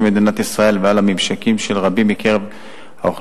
מדינת ישראל ולממשקים של רבים מקרב האוכלוסייה,